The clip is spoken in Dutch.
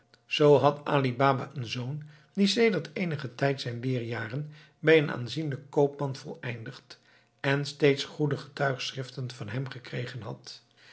zoo had ali baba een zoon die sedert eenigen tijd zijn leerjaren bij een aanzienlijk koopman voleindigd en steeds goede getuigschriften van hem gekregen had